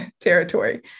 territory